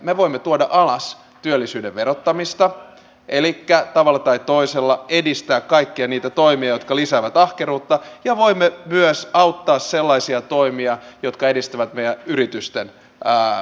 me voimme tuoda alas työllisyyden verottamista elikkä tavalla tai toisella edistää kaikkia niitä toimia jotka lisäävät ahkeruutta ja voimme myös auttaa sellaisia toimia jotka edistävät meidän yritysten tuottavuutta